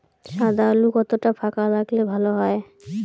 সাদা আলু কতটা ফাকা লাগলে ভালো হবে?